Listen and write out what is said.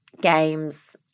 games